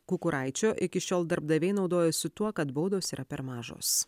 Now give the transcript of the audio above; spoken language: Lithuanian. kukuraičio iki šiol darbdaviai naudojasi tuo kad baudos yra per mažos